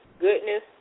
goodness